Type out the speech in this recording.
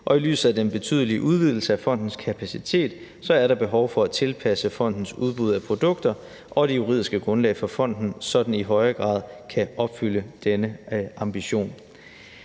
Og i lyset af den betydelige udvidelse af fondens kapacitet er der behov for at tilpasse fondens udbud af produkter og det juridiske grundlag for fonden, så den i højere grad kan opfylde denne ambition.